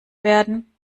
werden